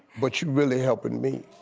but you really helpin' me.